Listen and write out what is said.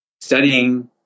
Studying